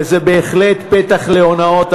וזה בהחלט פתח להונאות,